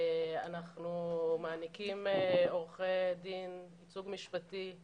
אנחנו מעניקים עורכי דין, ייצוג משפטי.